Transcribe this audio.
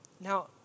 Now